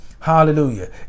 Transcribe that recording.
Hallelujah